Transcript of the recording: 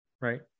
Right